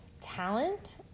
talent